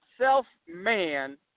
self-man